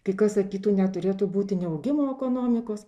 kai kas sakytų neturėtų būti neaugimo ekonomikos